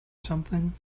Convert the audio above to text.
something